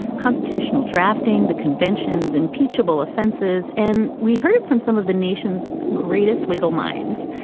constitutional drafting, the conventions, impeachable offenses. and we heard it from some of the nation's greatest legal minds.